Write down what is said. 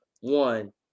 One